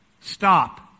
Stop